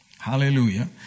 Hallelujah